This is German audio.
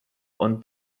und